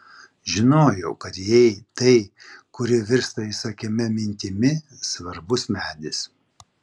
žinojau kad jai tai kuri virsta įsakmia mintimi svarbus medis